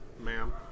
ma'am